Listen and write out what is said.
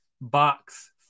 Box